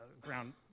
ground